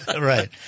Right